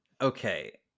okay